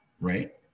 right